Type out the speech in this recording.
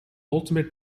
ultimate